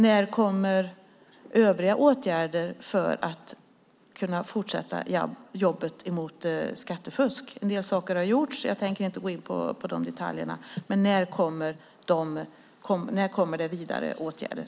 När det gäller arbetet mot skattefusk har det gjorts en del saker, och jag tänker inte gå in på detaljer, men när kommer det vidare åtgärder?